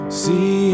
see